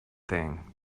thing